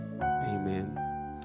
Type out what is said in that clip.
Amen